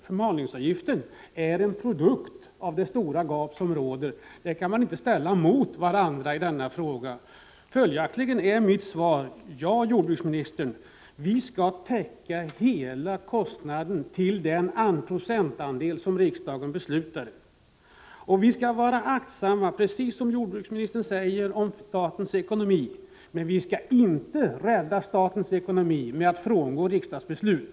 Förmalningsavgiften är med andra ord en produkt av det stora gapet, den kan inte ställas mot någonting annat i denna fråga. Följaktligen blir mitt svar: Ja, jordbruksministern, vi skall täcka hela kostnaden till den procentandel som riksdagen beslutade om. Precis som jordbruksministern sade skall vi vara aktsamma om statens ekonomi, men vi skall inte rädda statens ekonomi med att frångå riksdagsbeslut.